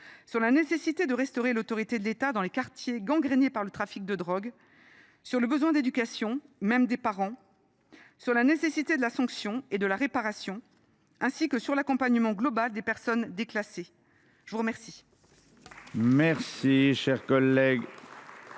sur la nécessité de restaurer l’autorité de l’État dans les quartiers gangrénés par le trafic de drogue, sur le besoin d’éducation, y compris des parents, sur la nécessité de la sanction et de la réparation, ainsi que sur l’accompagnement global des personnes déclassées. La parole